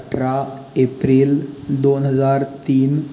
अठरा एप्रिल दोन हजार तीन